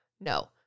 No